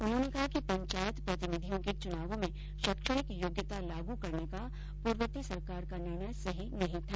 उन्होंने कहा कि पंचायत प्रतिनिधियों के चुनावों में शैक्षणिक योग्यता लागू करने का पूर्ववर्ती सरकार का निर्णय सही नहीं था